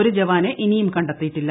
ഒരു ജവാനെ ഇനിയും കണ്ടെത്തിയിട്ടില്ല